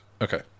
Okay